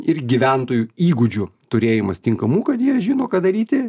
ir gyventojų įgūdžių turėjimas tinkamų kad jie žino ką daryti